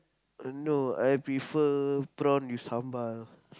uh no I prefer prawn with sambal